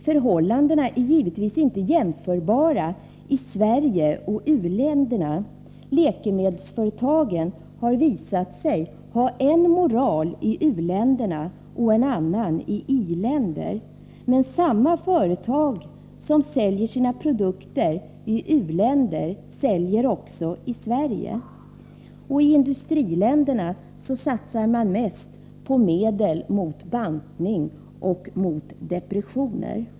Förhållandena är givetvis inte jämförbara i Sverige och u-länderna — läkemedelsföretagen har visat sig ha en moral i u-länderna och en annan i i-länder — men samma företag som säljer sina produkter i u-länder säljer också i Sverige. I industriländer satsar de mest på medel för bantning och mot depressioner.